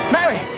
Mary